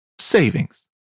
savings